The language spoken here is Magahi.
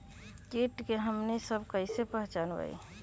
किट के हमनी सब कईसे पहचान बई?